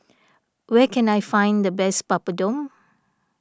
where can I find the best Papadum